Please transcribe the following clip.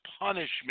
punishment